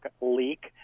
leak